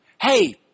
hey